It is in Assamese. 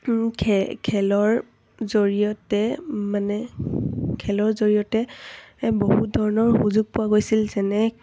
খেলৰ জৰিয়তে মানে খেলৰ জৰিয়তে বহুত ধৰণৰ সুযোগ পোৱা গৈছিল যেনে